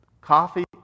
Coffee